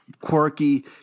quirky